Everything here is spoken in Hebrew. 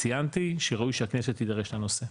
וציינתי שראוי שהכנסת תידרש לנושא.